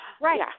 Right